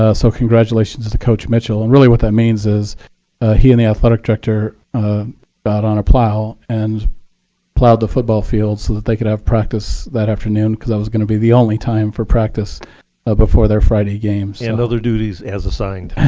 ah so congratulations to coach mitchell. and really what that means is he and the athletic director got on a plow and plowed the football field so that they could have practice that afternoon because that was going to be the only time for practice ah before their friday game. and other duties as assigned.